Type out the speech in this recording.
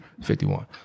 51